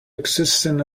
existence